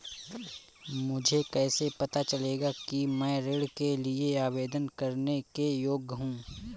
मुझे कैसे पता चलेगा कि मैं ऋण के लिए आवेदन करने के योग्य हूँ?